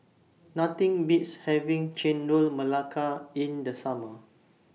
Nothing Beats having Chendol Melaka in The Summer